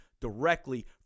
directly